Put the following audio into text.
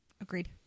agreed